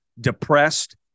depressed